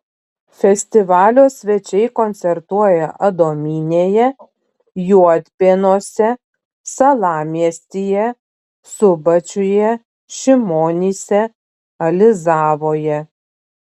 festivalio svečiai koncertuoja adomynėje juodpėnuose salamiestyje subačiuje šimonyse alizavoje